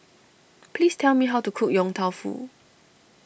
please tell me how to cook Yong Tau Foo